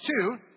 two